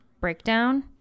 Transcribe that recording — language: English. breakdown